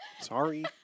Sorry